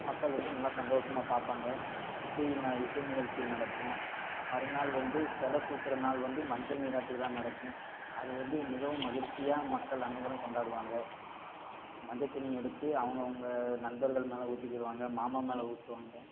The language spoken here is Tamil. மக்கள் வந்து நல்லா சந்தோஷமா பார்ப்பாங்க இசை ந இசை நிகழ்ச்சி நடக்கும் மறுநாள் வந்து செலை தூக்கற நாள் வந்து மஞ்சள் நீராட்டு விழா நடக்கும் அது வந்து மிகவும் மகிழ்ச்சியா மக்கள் அனைவரும் கொண்டாடுவாங்க மஞ்சள்தண்ணி எடுத்து அவுங்கவங்க நண்பர்கள் மேல் ஊத்திக்கிடுவாங்க மாமா மேல் ஊற்றுவாங்க